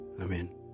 Amen